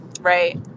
Right